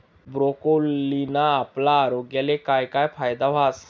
ब्रोकोलीना आपला आरोग्यले काय काय फायदा व्हस